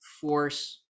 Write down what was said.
force